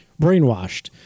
brainwashed